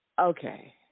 Okay